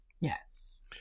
Yes